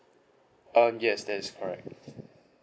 um yes that is correct